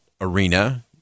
arena